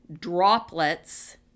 droplets